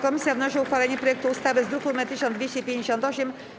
Komisja wnosi o uchwalenie projektu ustawy z druku nr 1258.